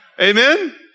Amen